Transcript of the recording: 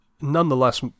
nonetheless